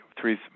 three